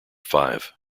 five